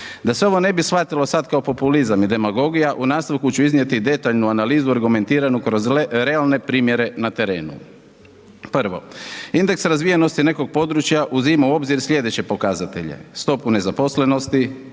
Da se ovo ne bi shvatilo sad kao populizam i demagogija, u nastavku ću iznijeti detaljnu analizu argumentiranu kroz realne primjere na terenu. Prvo, indeks razvijenosti nekog područja uzima u obzir slijedeće pokazatelje. Stopu nezaposlenosti,